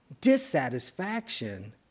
dissatisfaction